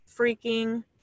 freaking